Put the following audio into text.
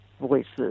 voices